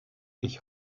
ich